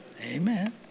Amen